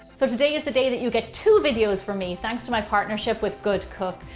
so today is the day that you get two videos from me thanks to my partnership with goodcook.